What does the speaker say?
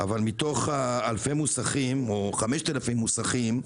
מתוך אלפי המוסכים, 5,000 מוסכים,